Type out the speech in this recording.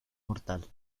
mortal